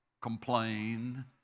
complain